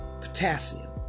potassium